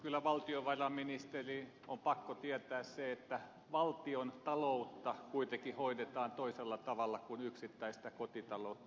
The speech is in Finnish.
kyllä valtiovarainministerin on pakko tietää se että valtion taloutta kuitenkin hoidetaan toisella tavalla kuin yksittäistä kotitaloutta